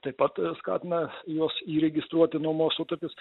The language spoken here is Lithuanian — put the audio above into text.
tai pat skatina juos įregistruoti nuomos sutartis